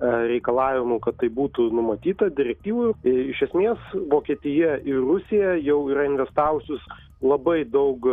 reikalavimų kad tai būtų numatyta dyrektyvų iš esmės vokietija ir rusija jau yra investavusios labai daug